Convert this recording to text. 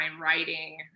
writing